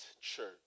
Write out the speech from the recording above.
church